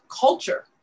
culture